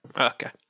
Okay